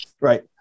Right